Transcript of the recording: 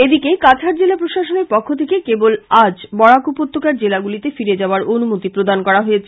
এদিকে কাছাড় জেলা প্রশাসনের পক্ষ থেকে কেবল আজ বরাক উপত্যকার জেলাগুলিতে ফিরে যাবার অনুমতি প্রদান করা হয়েছে